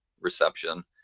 reception